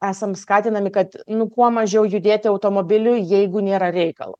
esam skatinami kad kuo mažiau judėti automobiliu jeigu nėra reikalo